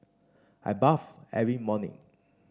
I bathe every morning